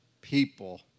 people